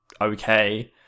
okay